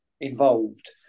involved